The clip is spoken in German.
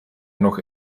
noch